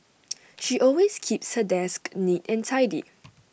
she always keeps her desk neat and tidy